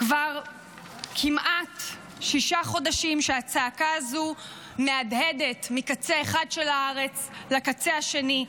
כבר כמעט שישה חודשים שהצעקה הזאת מהדהדת מקצה אחד של הארץ לקצה השני,